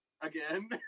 Again